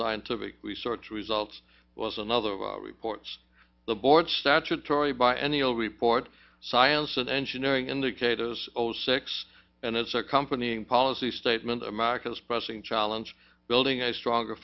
scientific research results was another reports the board statutory biennial report science and engineering indicators all sex and its accompanying policy statement of america's pressing challenge building a stronger